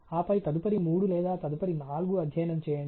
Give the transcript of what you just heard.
ఆపై తదుపరి మూడు లేదా తదుపరి నాలుగు అధ్యయనం చేయండి